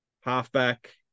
halfback